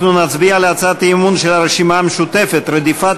אנחנו נצביע על הצעת האי-אמון של הרשימה המשותפת: רדיפת